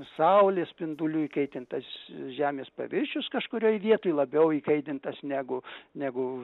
saulės spindulių įkaitintas žemės paviršius kažkurioj vietoj labiau įkaitintas negu negu